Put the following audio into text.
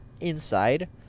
inside